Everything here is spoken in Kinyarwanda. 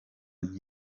nge